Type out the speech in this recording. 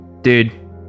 Dude